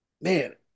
man